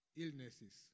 illnesses